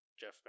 Jeff